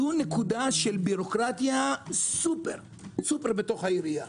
זו נקודה של בירוקרטיה סופר בתוך העירייה,